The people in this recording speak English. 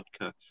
Podcast